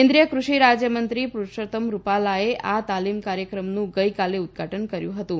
કેન્દ્રિય કૃષિ રાજ્યમંત્રી પુરૂષોત્તમ રૂપાલાએ આ તાલીમ કાર્યક્રમનું ગઇકાલે ઉદ્દઘાટન કર્યું હતું